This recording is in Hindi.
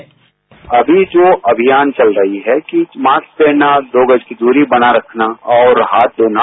साउंड बाईट अभी जो अभियान चल रहा है कि मास्क पहनना दो गज की दूरी बनाये रखना और हाथ धोना